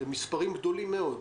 אלה מספרים גדולים מאוד.